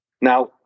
Now